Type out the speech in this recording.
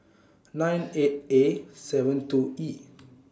nine eight A seven two E